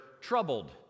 troubled